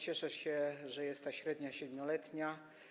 Cieszę się, że jest ta średnia 7-letnia.